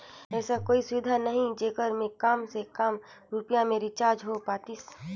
ऐसा कोई सुविधा नहीं जेकर मे काम से काम रुपिया मे रिचार्ज हो पातीस?